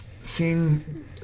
seeing